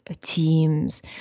teams